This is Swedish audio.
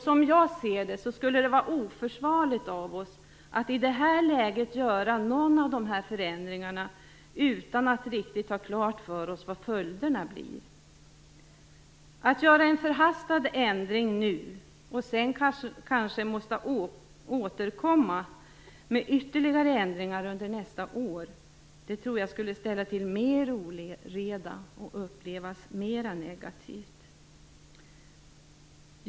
Som jag ser det skulle det vara oförsvarligt av oss att i det här läget göra någon av de här förändringarna utan att riktigt ha klart för oss vilka följderna blir. Att göra en förhastad ändring nu och sedan kanske tvingas återkomma med ytterligare ändringar under nästa år tror jag skulle ställa till mer oreda och upplevas mera negativt.